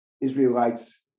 Israelites